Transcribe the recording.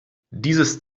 dieses